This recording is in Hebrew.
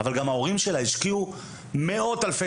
אבל גם ההורים שלה השקיעו מאות אלפי